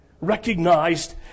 recognized